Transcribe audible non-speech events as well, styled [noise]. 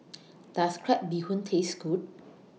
[noise] Does Crab Bee Hoon Taste Good